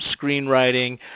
screenwriting